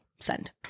Send